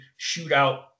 shootout